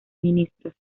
ministros